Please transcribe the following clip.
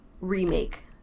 remake